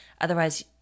otherwise